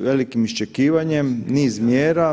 velikim iščekivanjem niz mjera.